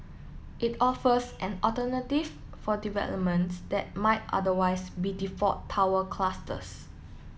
it offers an alternative for developments that might otherwise be default tower clusters